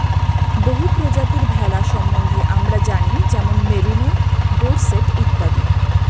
বহু প্রজাতির ভেড়া সম্বন্ধে আমরা জানি যেমন মেরিনো, ডোরসেট ইত্যাদি